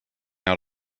out